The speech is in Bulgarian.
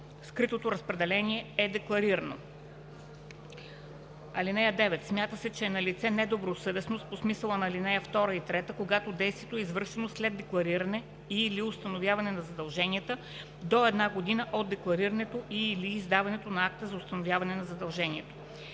скритото разпределение е декларирано. (9) Смята се, че е налице недобросъвестност по смисъла на ал. 2 и 3, когато действието е извършено след деклариране и/или установяване на задълженията до една година от декларирането и/или издаването на акта за установяване на задължението.